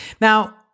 Now